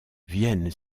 viennent